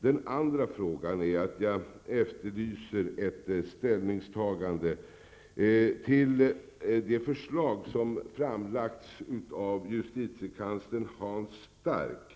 Den andra frågan gäller att jag efterlyser ett ställningstagande till det förslag som har framlagts av justitiekansler Hans Stark.